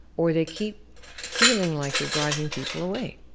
or they keep feeling like they're driving people away.